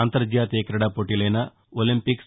అంతర్జాతీయ క్రీడాపోటీలైన ఒలింపిక్స్